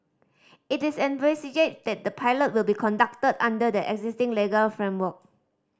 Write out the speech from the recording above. it is envisaged that the pilot will be conducted under the existing legal framework